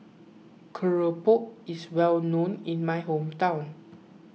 Keropok is well known in my hometown